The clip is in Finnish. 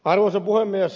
arvoisa puhemies